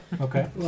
Okay